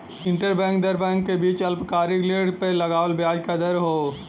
interbank दर bank के बीच अल्पकालिक ऋण पे लगावल ब्याज क दर हौ